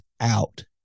out